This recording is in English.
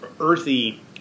earthy